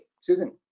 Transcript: Susan